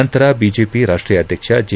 ನಂತರ ಬಿಜೆಪಿ ರಾಷ್ಟೀಯ ಅಧ್ಯಕ್ಷ ಜೆ